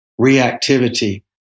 reactivity